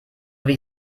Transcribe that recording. wie